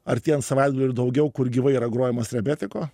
artėjant savaitgaliui ir daugiau kur gyvai yra grojamos rebetiko